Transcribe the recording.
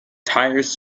tires